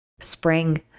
Spring